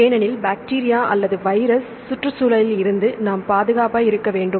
ஏனெனில் பாக்டீரியா அல்லது வைரஸ் சுற்றுச்சூழலிலிருந்து நாம் பாதுகாப்பாக இருக்க வேண்டும்